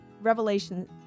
Revelation